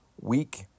week